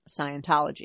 Scientology